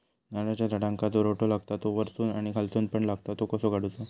नारळाच्या झाडांका जो रोटो लागता तो वर्सून आणि खालसून पण लागता तो कसो काडूचो?